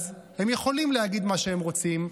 אז הם יכולים להגיד מה שהם רוצים,